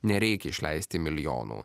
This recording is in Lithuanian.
nereikia išleisti milijonų